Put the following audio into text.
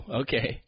okay